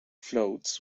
floats